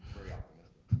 very optimistic.